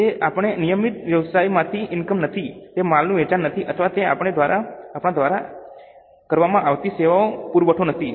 તે આપણાં નિયમિત વ્યવસાયમાંથી ઇનકમ નથી તે માલનું વેચાણ નથી અથવા તે આપણાં દ્વારા કરવામાં આવતી સેવાઓનો પુરવઠો નથી